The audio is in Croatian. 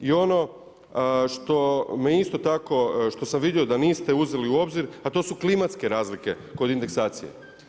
I ono što me isto tako, što sam vidio da niste uzeli u obzir a to su klimatske razlike kod indeksacije.